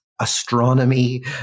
astronomy